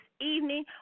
evening